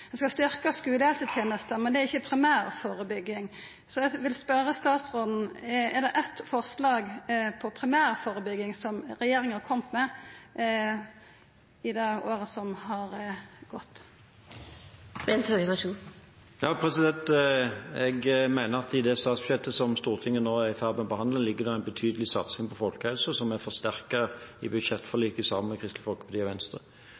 Dei skal styrkja skulehelsetenesta, men det er ikkje primærførebygging, så eg vil spørja statsråden: Har regjeringa kome med eitt forslag innan primærførebygging i året som har gått? Jeg mener at i det statsbudsjettet som Stortinget nå er i ferd med å behandle, ligger det en betydelig satsing på folkehelsen, som er forsterket i budsjettforliket med Kristelig Folkeparti og Venstre.